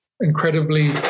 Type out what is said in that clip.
incredibly